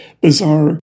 bizarre